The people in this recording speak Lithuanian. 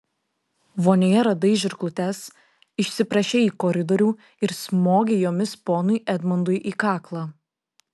vonioje radai žirklutes išsiprašei į koridorių ir smogei jomis ponui edmundui į kaklą